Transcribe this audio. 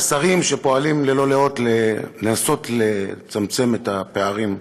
השרים שפועלים ללא לאות לנסות לצמצם את הפערים.